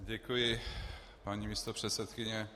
Děkuji, paní místopředsedkyně.